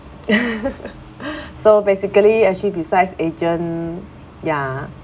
so basically actually besides agent ya